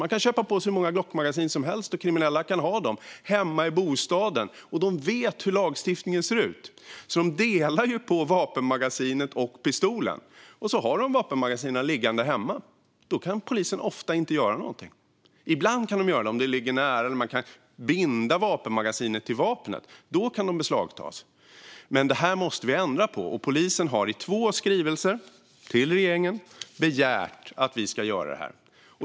Man kan köpa på sig hur många magasin som helst, och kriminella kan ha dem hemma i bostaden. De vet hur lagstiftningen ser ut, så de delar på vapenmagasinet och pistolen och har magasinen liggande hemma. Då kan polisen ofta inte göra något. Ibland kan de göra det, till exempel om de ligger nära eller om man på något sätt kan binda vapenmagasinet till vapnet. Då kan de beslagtas. Detta måste vi ändra på. Polisen har i två skrivelser till regeringen begärt att vi ska göra det.